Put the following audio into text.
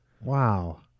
Wow